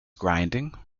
grinding